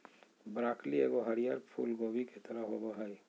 broccoli एगो हरीयर फूल कोबी के तरह होबो हइ